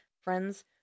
friends